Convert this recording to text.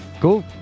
cool